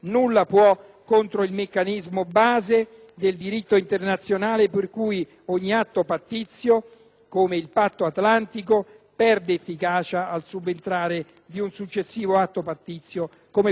come il Patto atlantico, perde di efficacia al subentrare di un successivo atto pattizio come quello firmato con la Libia.